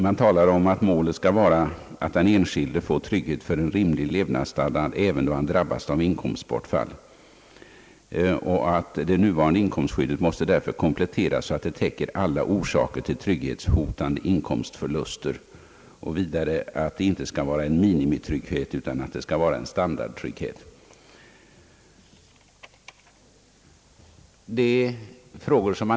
Man talar om att målet skall vara, att den enskilde får trygghet för en rimlig levnadsstandard även då han drabbas av inkomstbortfall, och att det nuvarande inkomstskyddet därför måste kompletteras så att det täcker alla orsaker till trygghetshotande inkomstförluster. Vidare sägs att det inte skall vara en minimitrygghet utan en standardtrygghet.